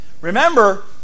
Remember